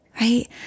right